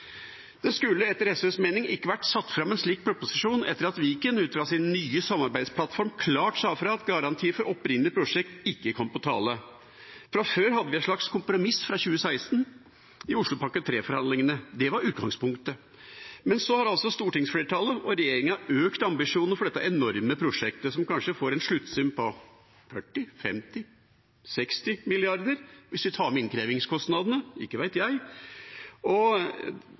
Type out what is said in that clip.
Det skulle etter SVs mening ikke vært satt fram en slik proposisjon etter at Viken, ut fra sin nye samarbeidsplattform, klart sa fra at garanti for opprinnelig prosjekt ikke kom på tale. Fra før hadde vi et slags kompromiss fra 2016 i Oslopakke 3-forhandlingene. Det var utgangspunktet. Men så har altså stortingsflertallet og regjeringa økt ambisjonene for dette enorme prosjektet, som kanskje får en sluttsum på 40, 50, 60 mrd. kr, hvis vi tar med innkrevingskostnadene – ikke vet jeg